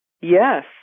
Yes